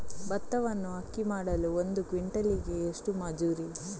ಭತ್ತವನ್ನು ಅಕ್ಕಿ ಮಾಡಲು ಒಂದು ಕ್ವಿಂಟಾಲಿಗೆ ಎಷ್ಟು ಮಜೂರಿ?